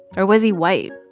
or was he white?